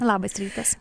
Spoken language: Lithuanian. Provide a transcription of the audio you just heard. labas rytas